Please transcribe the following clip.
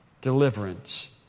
deliverance